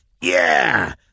Yeah